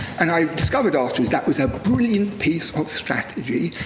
and i discovered afterwards that was a brilliant piece of strategy.